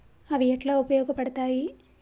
అవి ఎట్లా ఉపయోగ పడతాయి?